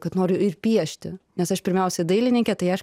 kad noriu ir piešti nes aš pirmiausia dailininkė tai aš